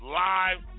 live